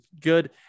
good